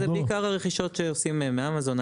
בעיקר הרכישות שנעשות באינטרנט; מאמזון,